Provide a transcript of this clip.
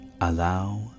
allow